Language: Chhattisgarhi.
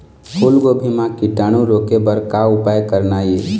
फूलगोभी म कीटाणु रोके बर का उपाय करना ये?